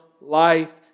life